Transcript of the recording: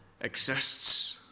exists